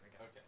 Okay